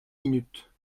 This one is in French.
minutes